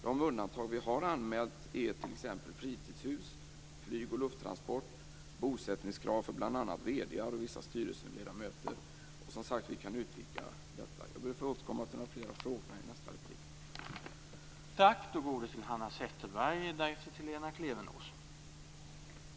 De undantag vi har anmält är t.ex. fritidshus, flyg och lufttransport, bosättningskrav för bl.a. vd-ar och vissa styrelseledamöter, och vi kan som sagt utvidga detta. Jag ber att få återkomma till fler frågor i nästa replik.